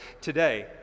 today